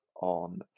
on